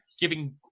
giving